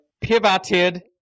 pivoted